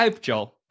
Joel